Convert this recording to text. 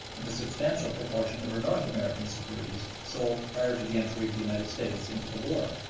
and a substantial proportion of her north american securities sold prior to the entry of the united states into the war.